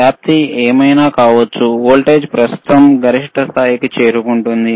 వ్యాప్తి ఏమైనా కావచ్చు వోల్టేజ్ ప్రస్తుతం గరిష్ట స్థాయికి చేరుకుంటుంది